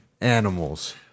animals